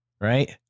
right